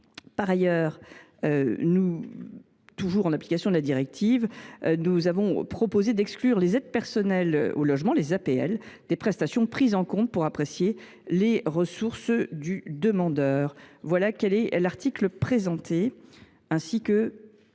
Par ailleurs, toujours en application de la directive, nous proposons d’exclure les aides personnelles au logement (APL) des prestations prises en compte pour apprécier les ressources du demandeur. Cet amendement vise